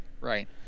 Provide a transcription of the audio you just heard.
right